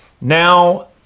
Now